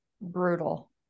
brutal